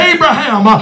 Abraham